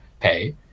pay